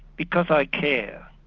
because i care.